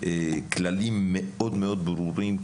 כללים מאוד מאוד ברורים,